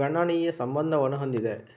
ಗಣನೀಯ ಸಂಬಂಧವನ್ನು ಹೊಂದಿದೆ